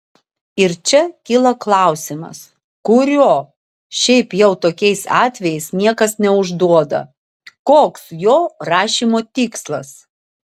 ir čia kyla klausimas kurio šiaip jau tokiais atvejais niekas neužduoda koks jo rašymo tikslas